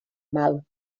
mal